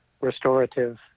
restorative